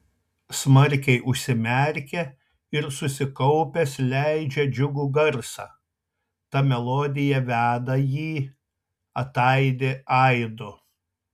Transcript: smarkiai užsimerkia ir susikaupęs leidžia džiugų garsą ta melodija veda jį ataidi aidu